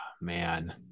Man